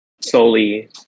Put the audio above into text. solely